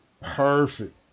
perfect